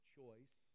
choice